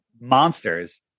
monsters